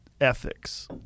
ethics